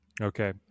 Okay